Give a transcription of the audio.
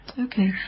Okay